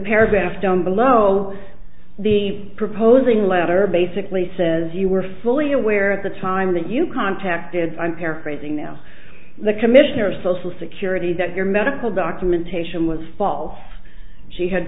paragraph down below the proposing letter basically says you were fully aware at the time that you contacted i'm paraphrasing now the commissioner of social security that your medical documentation was false she had